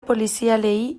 polizialei